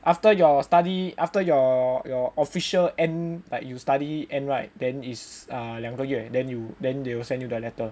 after your study after your your official end like you study end right then is err 两个月 then you then they'll send you the letter